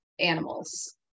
Animals